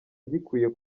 gikwiye